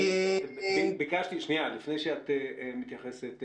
לפני שאת מתייחסת.